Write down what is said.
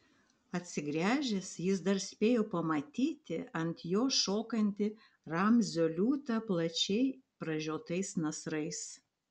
atsigręžęs jis dar spėjo pamatyti ant jo šokantį ramzio liūtą plačiai pražiotais nasrais